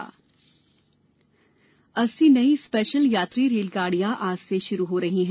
रेलगाड़ियां अस्सी नई स्पेशल यात्री रेलगाड़ियां आज से शुरू हो रही हैं